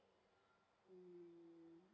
mm